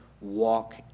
walk